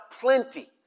plenty